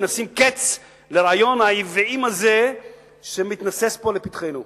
ונשים קץ לרעיון העוועים הזה שמתנוסס פה לפתחנו.